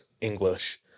English